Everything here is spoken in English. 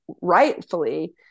rightfully